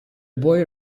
boy